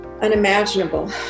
unimaginable